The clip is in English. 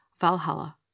Valhalla